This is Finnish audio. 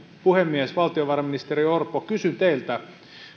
puhemies valtiovarainministeri orpo kysyn teiltä